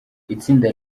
itsinda